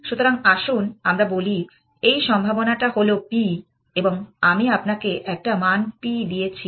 সুতরাং আসুন আমরা বলি এই সম্ভাবনাটা হল p এবং আমি আপনাকে একটা মান p দিয়েছি